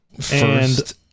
First